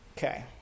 Okay